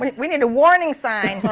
we need a warning sign,